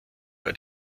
war